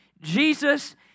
Jesus